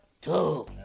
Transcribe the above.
two